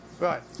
Right